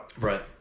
right